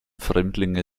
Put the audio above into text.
fremdlinge